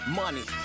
money